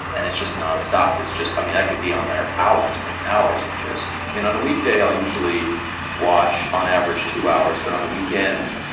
and it's just nonstop. it's just i mean, i could be on there hours and hours and just i mean, on a weekday, i'll usually watch on average two hours. but on a weekend,